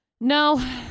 No